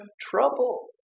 trouble